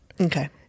okay